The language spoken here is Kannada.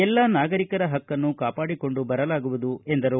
ಎಲ್ಲಾ ನಾಗರಿಕರ ಹಕ್ಕನ್ನು ಕಾಪಾಡಿಕೊಂಡು ಬರಲಾಗುವುದು ಎಂದರು